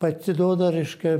pasiduoda reiškia